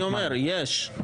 לא, אני אומר, יש.